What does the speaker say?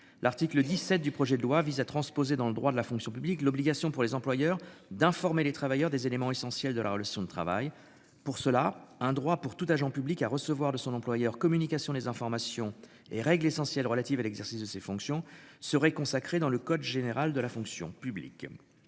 L'article 17 du projet de loi vise à transposer dans le droit de la fonction publique, l'obligation pour les employeurs d'informer les travailleurs des éléments essentiels de la relation de travail pour cela un droit pour tout agent public à recevoir de son employeur communication les informations et règles essentielles relatives à l'exercice de ses fonctions seraient consacrés dans le code général de la fonction publique.